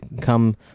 come